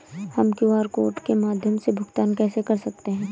हम QR code के माध्यम से भुगतान कैसे कर सकते हैं?